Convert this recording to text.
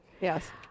Yes